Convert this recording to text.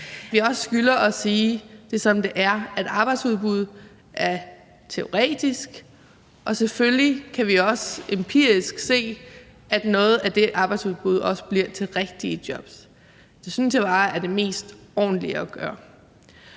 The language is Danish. som det er, altså at arbejdsudbud er teoretisk – selvfølgelig kan vi empirisk se, at noget af det arbejdsudbud også bliver til rigtige jobs. Det synes jeg bare er det mest ordentlige at gøre.